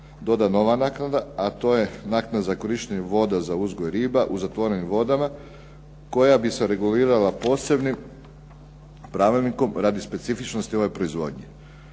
doda nova naknada, a to je naknada za korištenje voda za uzgoj riba u zatvorenim vodama koja bi se regulirala posebnim pravilnikom radi specifičnosti ove proizvodnje.